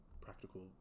practical